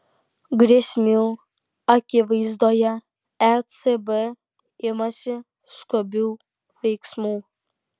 grėsmių akivaizdoje ecb imasi skubių veiksmų